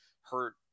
hurt